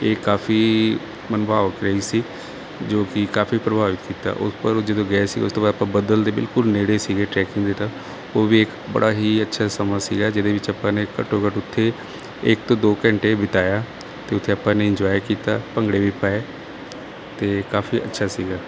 ਇਹ ਕਾਫੀ ਮਨਭਾਵਕ ਰਹੀ ਸੀ ਜੋ ਕਿ ਕਾਫੀ ਪ੍ਰਭਾਵਿਤ ਕੀਤਾ ਉਹ ਪਰ ਉਹ ਜਦੋਂ ਗਏ ਸੀ ਉਸ ਤੋਂ ਬਾਅਦ ਆਪਾਂ ਬੱਦਲ ਦੇ ਬਿਲਕੁਲ ਨੇੜੇ ਸੀਗੇ ਟਰੈਕਿੰਗ ਦੇ ਤਾਂ ਉਹ ਵੇਖ ਬੜਾ ਹੀ ਅੱਛਾ ਸਮਾਂ ਸੀਗਾ ਜਿਹਦੇ ਵਿੱਚ ਆਪਾਂ ਨੇ ਘੱਟੋ ਘੱਟ ਉੱਥੇ ਇੱਕ ਦੋ ਘੰਟੇ ਬਿਤਾਇਆ ਅਤੇ ਉੱਥੇ ਆਪਾਂ ਨੇ ਇੰਜੋਏ ਕੀਤਾ ਭੰਗੜੇ ਵੀ ਪਾਏ ਅਤੇ ਕਾਫੀ ਅੱਛਾ ਸੀਗਾ